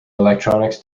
electronics